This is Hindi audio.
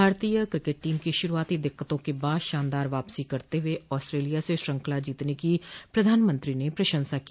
भारतीय क्रिकेट टीम की शुरूआती दिक्कतों के बाद शानदार वापसी करते हुए ऑस्ट्रेलिया से श्रृंखला जीतने की प्रधानमंत्री ने प्रशंसा की